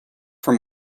from